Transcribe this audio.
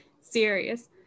serious